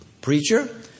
preacher